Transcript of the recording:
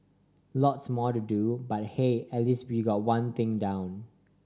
lots more to do but hey at least we've got one thing down